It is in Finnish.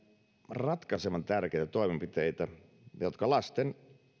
ratkaisevan tärkeitä toimenpiteitä jotka lasten